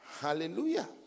Hallelujah